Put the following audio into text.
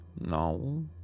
No